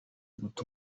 guta